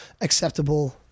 acceptable